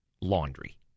laundry